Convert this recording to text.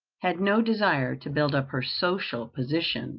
had no desire to build up her social position